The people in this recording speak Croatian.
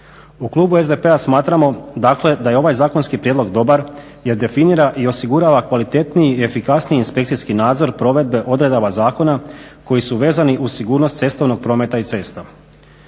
U Klubu SDP-a smatramo dakle da je ovaj zakonski prijedlog dobar jer definira i osigurava kvalitetniji i efikasniji inspekcijski nadzor provedbe odredaba zakona koji su vezani uz sigurnosti cestovnog prometa i cesta.